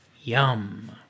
yum